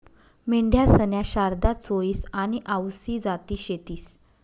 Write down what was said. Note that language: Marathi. मेंढ्यासन्या शारदा, चोईस आनी आवसी जाती शेतीस